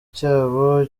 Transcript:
cyabo